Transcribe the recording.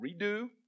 redo